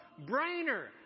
brainer